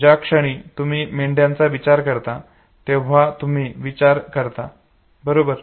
ज्या क्षणी तुम्ही मेंढ्यांचा विचार करता तेव्हा तुम्ही विचार करता बरोबर